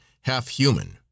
half-human